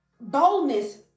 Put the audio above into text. boldness